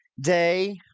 day